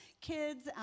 Kids